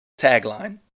tagline